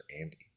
Andy